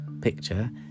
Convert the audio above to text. picture